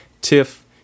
tiff